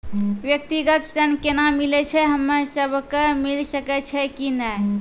व्यक्तिगत ऋण केना मिलै छै, हम्मे सब कऽ मिल सकै छै कि नै?